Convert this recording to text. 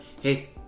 hey